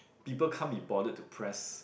people can't be bothered to press